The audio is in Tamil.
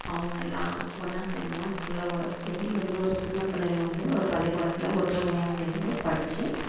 அவங்க எல்லாம் ஒன்றா சேர்ந்துதான் ஸ்கூலில் எப்படி வந்து ஒரு சின்ன பிள்ளைங்க வந்து ஒரு பள்ளிக்கூடத்தில் ஒற்றுமையாக சேர்ந்து படிச்சு